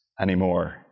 anymore